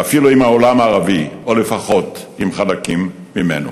ואפילו עם העולם הערבי, או לפחות עם חלקים ממנו.